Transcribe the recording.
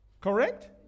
Correct